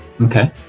Okay